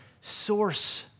source